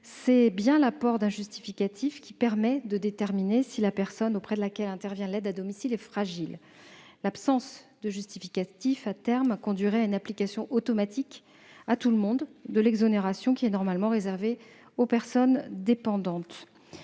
C'est bien l'apport d'un justificatif qui permet de déterminer si la personne auprès de laquelle intervient l'aide à domicile est fragile. L'absence de justificatif, à terme, conduirait à une application automatique à tout le monde de l'exonération, qui est normalement réservée aux personnes dépendantes.